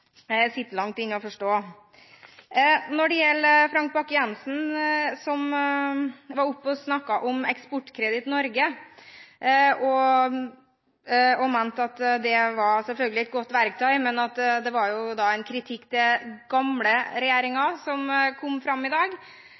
sitter det langt inne for meg å forstå. Frank Bakke-Jensen var oppe og snakket om Eksportkreditt Norge og mente at det selvfølgelig var et godt verktøy, men det kom da fram en kritikk av den gamle